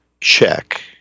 check